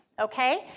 okay